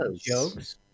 jokes